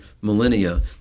millennia